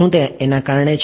શું તે આના કારણે છે